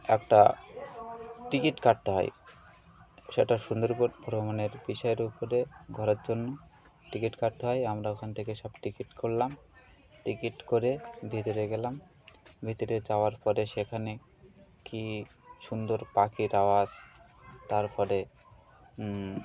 একটা টিকিট কাটতে হয় সেটা সুন্দরবন ভ্রমণের বিষয়ের উপরে ঘোরার জন্য টিকিট কাটতে হয় আমরা ওখান থেকে সব টিকিট করলাম টিকিট করে ভিতরে গেলাম ভিতরে যাওয়ার পরে সেখানে কি সুন্দর পাখির আওয়াজ তারপরে